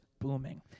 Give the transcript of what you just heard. booming